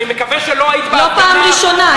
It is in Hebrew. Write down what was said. אני מקווה שלא היית בהפגנה, לא בפעם הראשונה.